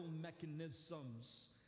mechanisms